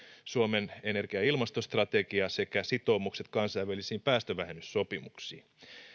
suomen energia ja ilmastostrategia sekä sitoumukset kansainvälisiin päästövähennyssopimuksiin